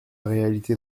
réalité